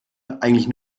eigentlich